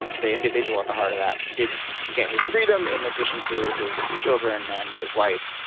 the individual at the heart of that did get his freedom in addition to his children and his wife.